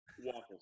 waffles